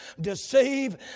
deceive